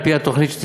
על-פי התוכנית,